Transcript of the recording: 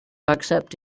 accept